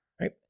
right